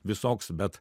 visoks bet